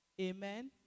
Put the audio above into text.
Amen